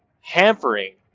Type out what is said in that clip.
hampering